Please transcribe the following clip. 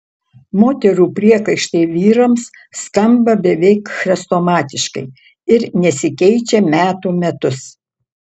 moterų priekaištai vyrams skamba beveik chrestomatiškai ir nesikeičia metų metus